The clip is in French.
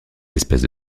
espèces